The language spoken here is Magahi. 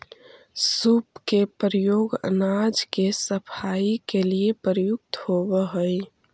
सूप के प्रयोग अनाज के सफाई के लिए प्रयुक्त होवऽ हई